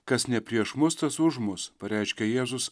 kas ne prieš mus tas už mus pareiškė jėzus